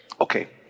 Okay